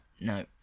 no